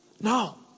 No